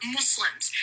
Muslims